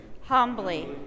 humbly